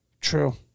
True